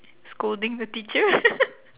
scolding the teacher